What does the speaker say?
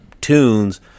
tunes